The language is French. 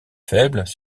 faibles